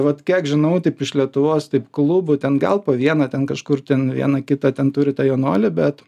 vat kiek žinau taip iš lietuvos taip klubų ten gal po vieną ten kažkur ten vieną kitą ten turi tą jaunuolį bet